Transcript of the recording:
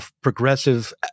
progressive